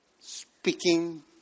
Speaking